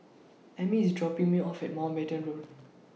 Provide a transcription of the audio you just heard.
Ami IS dropping Me off At Mountbatten Road